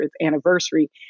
anniversary